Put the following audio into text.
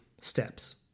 steps